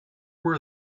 were